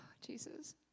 Jesus